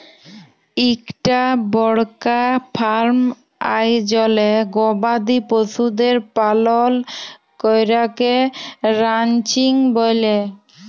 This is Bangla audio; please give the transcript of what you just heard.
ইকটা বড়কা ফার্ম আয়জলে গবাদি পশুদের পালল ক্যরাকে রানচিং ব্যলে